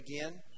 again